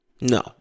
No